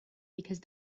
because